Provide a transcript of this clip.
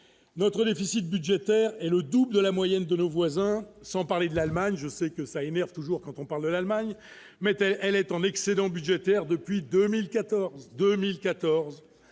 notre déficit budgétaire et le dos de la moyenne de nos voisins, sans parler de l'Allemagne, je sais que ça énerve toujours quand on parle de l'Allemagne mettait, elle est en excédent budgétaire depuis 2014,